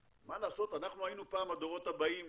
מה לעשות, אנחנו היינו פעם הדורות הבאים